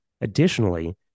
Additionally